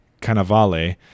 Cannavale